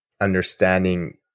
understanding